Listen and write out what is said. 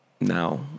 now